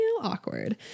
awkward